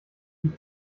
die